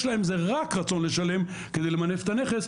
להם זה רק רצון לשלם כדי למנף את הנכס,